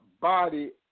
body